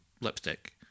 lipstick